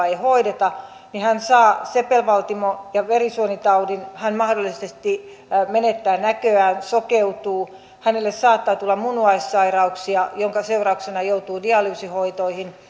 ei hoideta niin hän saa sepelvaltimo ja verisuonitaudin hän mahdollisesti menettää näköään sokeutuu hänelle saattaa tulla munuaissairauksia joiden seurauksena hän joutuu dialyysihoitoihin